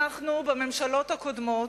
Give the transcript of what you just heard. אנחנו, בממשלות הקודמות,